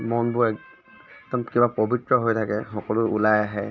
মনবোৰ একদম কিবা পবিত্ৰ হৈ থাকে সকলো ওলাই আহে